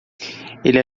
ele